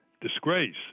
disgrace